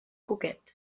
cuquet